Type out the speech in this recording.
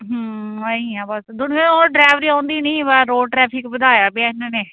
ਐਈਂ ਆ ਬਸ ਦੁਨੀਆਂ ਹੋਰ ਡਰਾਈਵਰੀ ਆਉਂਦੀ ਨੀ ਬਸ ਰੋਡ ਟਰੈਫਿਕ ਵਧਾਇਆ ਪਿਆ ਇਹਨਾਂ ਨੇ